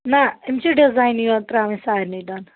نہ أمِس چھُ ڈِزاینٕے یوت ترٛاوٕنۍ سارنی